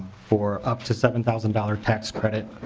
for up to seven thousand dollars tax credit.